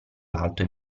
l’alto